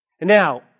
Now